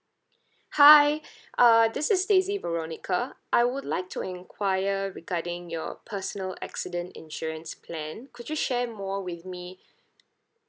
hi uh this is daisy veronica I would like to enquire regarding your personal accident insurance plan could you share more with me